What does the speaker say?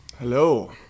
Hello